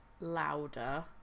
louder